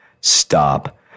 stop